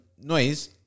Noise